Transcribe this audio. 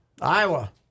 Iowa